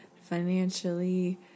financially